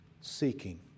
seeking